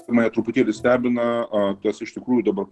mane truputėlį stebina o kas iš tikrųjų dabar